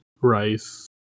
rice